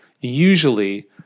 usually